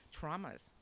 traumas